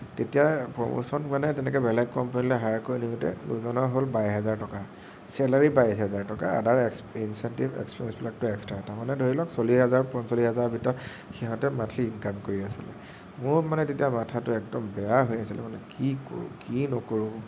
তেতিয়াৰ প্ৰমোচন মানে তেনেকে বেলেগ কম্পেনীলে হায়াৰ কৰি নিওঁতে দুজনৰ হ'ল বাইছ হাজাৰ টকা ছেলাৰী বাইছ হাজাৰ টকা আদাৰ এক্স ইনচেনটিভ এক্সপেঞ্চবিলাকতো এক্সট্ৰা তাৰমানে ধৰি লওক চল্লিছ হাজাৰ পঞ্চলিছ হাজাৰৰ ভিতৰত সিহঁতে মান্থলি ইনকাম কৰি আছিলে মোৰ মানে তেতিয়া মাথাটো একদম বেয়া হৈ আছিলে মানে কি কৰোঁ কি নকৰোঁ